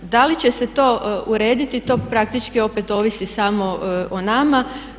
Da li će se to urediti, to praktički opet ovisi samo o nama.